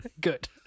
Good